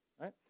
right